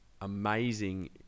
amazing